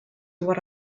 what